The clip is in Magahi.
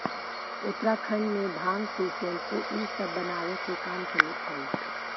उत्तराखण्ड में भाँग से सेम्पू इ सब बनावे के काम चलित हई